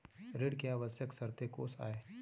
ऋण के आवश्यक शर्तें कोस आय?